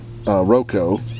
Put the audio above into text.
Roco